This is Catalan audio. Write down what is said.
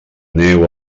neu